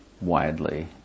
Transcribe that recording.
widely